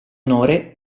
onore